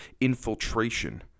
infiltration